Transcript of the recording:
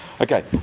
Okay